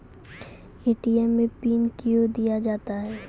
ATM मे pin कयो दिया जाता हैं?